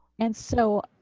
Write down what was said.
and so,